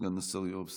סגן השר יואב סגלוביץ',